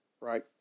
right